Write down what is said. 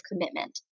commitment